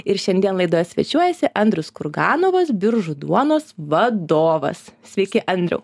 ir šiandien laidoje svečiuojasi andrius kurganovas biržų duonos vadovas sveiki andriau